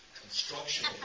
construction